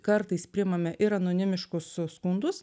kartais priimame ir anonimiškus skundus